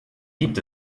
gibt